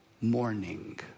morning